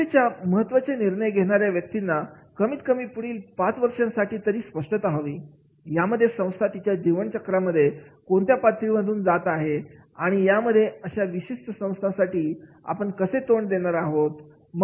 संस्थेच्या महत्वाचे निर्णय घेणाऱ्या व्यक्तींना कमीत कमी पुढील पाच वर्षांसाठी तरी स्पष्टता हवी यामध्ये संस्था तिच्या जीवन चक्राच्या कोणत्या पातळी मधून जात आहे आणि यामध्ये अशा विशिष्ट संस्थांसाठी आपण कसे तोंड देणार आहोत